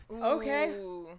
Okay